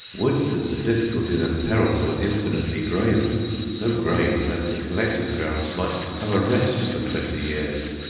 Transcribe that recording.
would that the difficulties and perils were infinitely graver so grave that the collecting grounds might have a rest for twenty years!